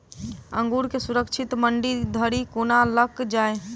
अंगूर केँ सुरक्षित मंडी धरि कोना लकऽ जाय?